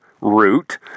route